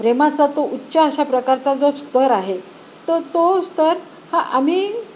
प्रेमाचा तो उच्च अशा प्रकारचा जो स्तर आहे त तो स्तर हा आम्ही